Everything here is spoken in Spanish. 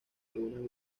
algunas